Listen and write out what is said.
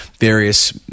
Various